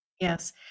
Yes